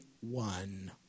one